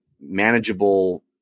manageable